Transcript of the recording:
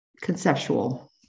conceptual